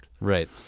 Right